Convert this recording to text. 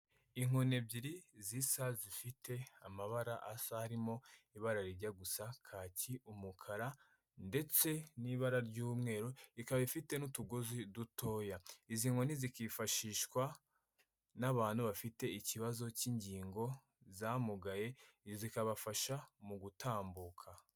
Inkoni ebyiri zisa zifite amabara asa, harimo ibara rijya gusa kaki, umukara ndetse n'ibara ry'umweru, ikaba ifite n'utugozi dutoya. Izi nkoni zikifashishwa n'abantu bafite ikibazo cy'ingingo zamugaye zikabafasha mu gutambuka.